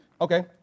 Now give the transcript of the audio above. Okay